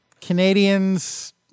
Canadians